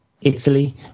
Italy